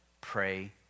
Pray